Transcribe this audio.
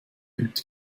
übt